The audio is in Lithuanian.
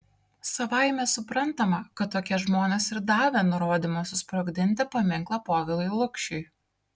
savaime suprantama kad tokie žmonės ir davė nurodymą susprogdinti paminklą povilui lukšiui